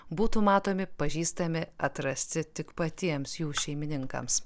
būtų matomi pažįstami atrasti tik patiems jų šeimininkams